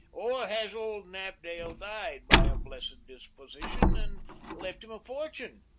or has old knapdale died by a blessed disposition and left him a fortune?